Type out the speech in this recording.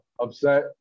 upset